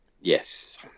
Yes